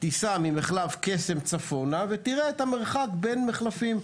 תיסע ממחלף קסם צפונה ותראה את המרח בין מחליפים,